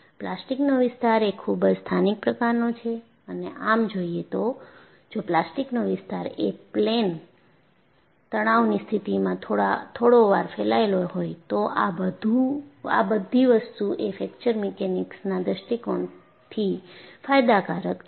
પ્લાસ્ટિકનો વિસ્તાર એ ખુબજ સ્થાનિક પ્રકારનો છે અને આમ જોઈએ તો જો પ્લાસ્ટિક નો વિસ્તાર એ પ્લેન તણાવની સ્થિતિમાં થોડોવાર ફેલાયેલો હોય તો આ વસ્તુ એ ફ્રેક્ચર મિકેનિક્સના દૃષ્ટિકોણથી ફાયદાકારક છે